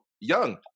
young